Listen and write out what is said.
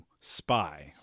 spy